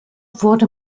wurde